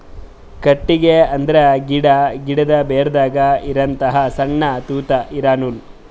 ಕಟ್ಟಿಗಿ ಅಂದ್ರ ಗಿಡಾ, ಗಿಡದು ಬೇರದಾಗ್ ಇರಹಂತ ಸಣ್ಣ್ ತೂತಾ ಇರಾ ನೂಲ್